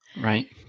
Right